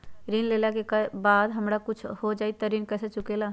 ऋण लेला के बाद अगर हमरा कुछ हो जाइ त ऋण कैसे चुकेला?